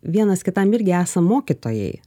vienas kitam irgi esam mokytojai